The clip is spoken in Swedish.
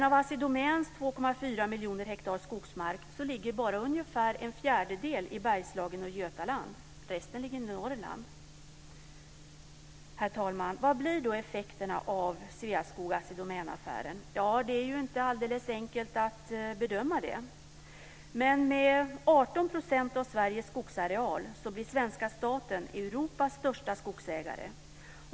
Av Assi Domäns 2,4 miljoner hektar skogsmark ligger bara ungefär en fjärdedel i Bergslagen och Götaland. Resten ligger i Herr talman! Vad blir då effekten av Sveaskog Assi Domän-affären? Det är inte alldeles enkelt att bedöma det. Men med 18 % av Sveriges skogsareal blir svenska staten Europas största skogsägare.